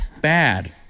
bad